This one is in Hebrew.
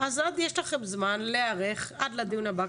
אז יש לכם זמן להיערך עד לדיון הבא,